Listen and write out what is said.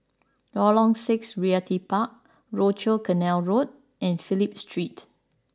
Lorong Six Realty Park Rochor Canal Road and Phillip Street